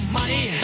money